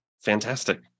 Fantastic